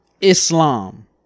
Islam